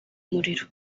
umuriro